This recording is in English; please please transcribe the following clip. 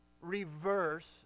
reverse